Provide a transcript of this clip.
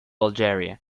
algeria